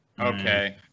okay